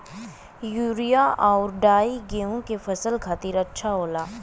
urea आउर डाई गेहूं के फसल खातिर अच्छा होला